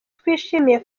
twishimiye